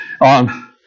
On